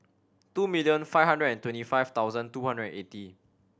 two million five hundred and twenty five thousand two hundred and eighty